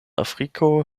afriko